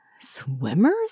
Swimmers